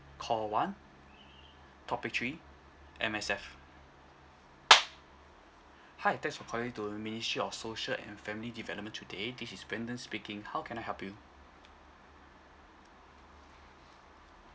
call one topic three M_S_F hi thanks for calling to the ministry of social and family development today this is brendan speaking how can I help you